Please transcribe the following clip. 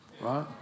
right